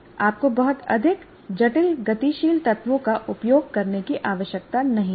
आपको बहुत अधिक जटिल गतिशील तत्वों का उपयोग करने की आवश्यकता नहीं है